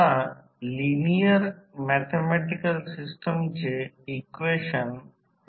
तर open circuit चाचणीसाठी ही कमी व्होल्टेज ची बाजू आहे